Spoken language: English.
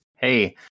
Hey